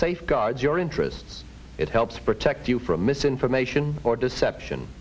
safeguards your interest it helps protect you from misinformation or deception